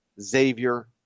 Xavier